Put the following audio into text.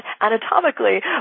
anatomically